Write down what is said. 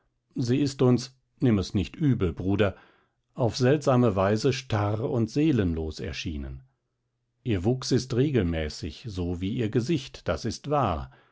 sie ist uns nimm es nicht übel bruder auf seltsame weise starr und seelenlos erschienen ihr wuchs ist regelmäßig so wie ihr gesicht das ist wahr